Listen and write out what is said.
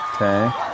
Okay